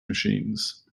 machines